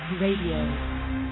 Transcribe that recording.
Radio